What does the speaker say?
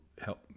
help